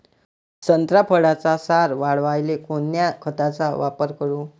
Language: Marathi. संत्रा फळाचा सार वाढवायले कोन्या खताचा वापर करू?